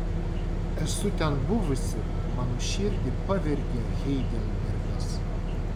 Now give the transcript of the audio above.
esu ten buvusi mano širdį pavergė heidelbergas